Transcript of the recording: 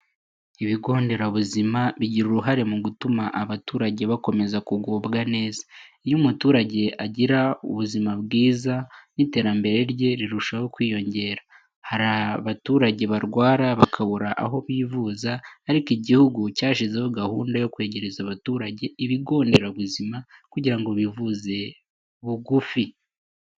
Ibigonderabuzima bigira uruhare mu gutuma abaturage bakomeza kugubwa neza. Iyo umuturage agira ubuzima bwiza, n'iterambere rye rirushaho kwiyongera. Hari abaturage barwara bakubura aho bivuza, ariko Igihugu cyashyizeho gahunda yo kwegereza abaturage ibigonderabuzima kugira ngo bivuze bugufi.